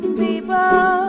people